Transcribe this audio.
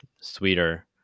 sweeter